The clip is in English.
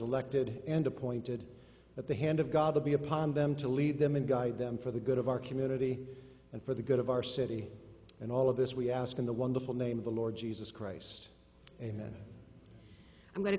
elected and appointed at the hand of god to be upon them to lead them and guide them for the good of our community and for the good of our city and all of this we ask in the wonderful name of the lord jesus christ and i'm going to